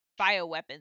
bioweapon